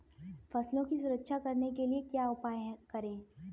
फसलों की सुरक्षा करने के लिए क्या उपाय करें?